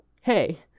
Hey